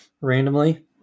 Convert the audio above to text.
randomly